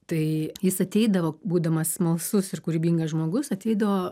tai jis ateidavo būdamas smalsus ir kūrybingas žmogus ateidavo